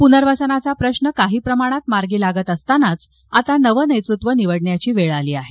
पुनर्वसनाचा प्रश्र काही प्रमाणात मार्गी लागत असतानाच आता नवं नेतृत्व निवडण्याची वेळ आली आहे